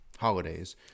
holidays